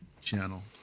channel